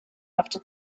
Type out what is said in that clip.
after